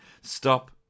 Stop